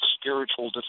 spiritual